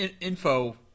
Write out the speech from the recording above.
info